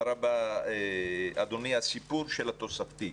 אדוני, הסיפור של התוספתי.